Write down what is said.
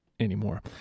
Anymore